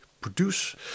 produce